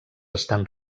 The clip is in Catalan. estan